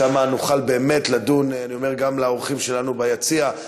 שם נוכל באמת לדון לפרטי פרטים.